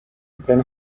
then